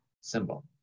symbol